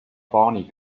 barney